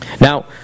Now